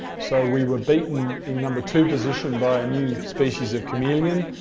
so we were beaten in number two position by a new species of chameleon,